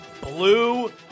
Blue